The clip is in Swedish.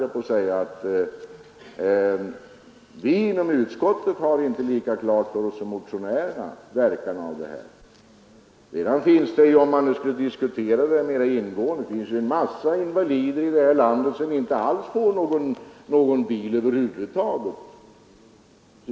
Vi inom utskottet har inte verkan av förslagen lika klar för oss som motionärerna har. Om vi nu skall diskutera förslaget mera ingående vill jag säga att det finns en massa invalider här i landet som över huvud taget inte får någon bil.